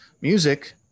Music